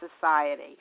society